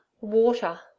water